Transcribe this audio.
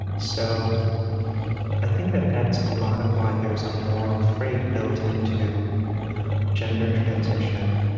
so i think that that's a lot of why there's a moral freight built into gender transition,